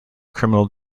criminal